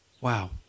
Wow